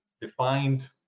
defined